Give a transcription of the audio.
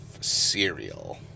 cereal